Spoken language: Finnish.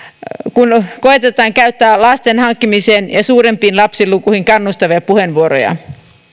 kun koetetaan käyttää lasten hankkimiseen ja suurempiin lapsilukuihin kannustavia puheenvuoroja